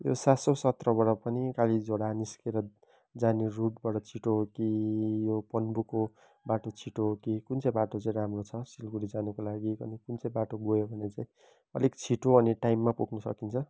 यो सात सौ सत्रबाट पनि कालीझोडा निस्केर जाने रुटबाट छिटो हो कि यो पन्बूको बाटो छिटो हो कि कुन चाहिँ बाटो चाहिँ राम्रो छ सिलगढी जानुको लागि भने कुन चाहिँ बाटो गयो भने चाहिँ अलिक छिटो अनि टाइममा पुग्नुसकिन्छ